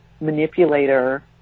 manipulator